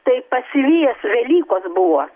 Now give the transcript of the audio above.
tai pasivijęs velykos buvo